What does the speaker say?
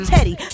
Teddy